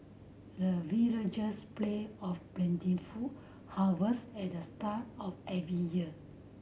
the villagers pray of plentiful harvest at the start of every year